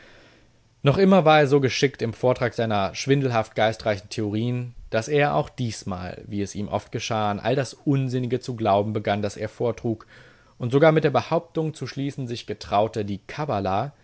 noch immer war er so geschickt im vortrag seiner schwindelhaft geistreichen theorien daß er auch diesmal wie es ihm oft geschah an all das unsinnige zu glauben begann das er vortrug und sogar mit der behauptung zu schließen sich getraute die kabbala